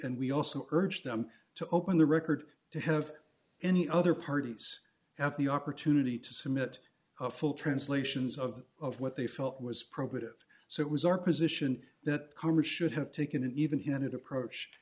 and we also urged them to open the record to have any other parties have the opportunity to submit a full translations of of what they felt was probative so it was our position that congress should have taken an even handed approach